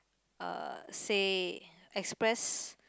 uh say express